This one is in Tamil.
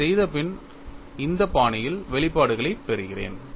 அதைச் செய்தபின் இந்த பாணியில் வெளிப்பாடுகளைப் பெறுகிறேன்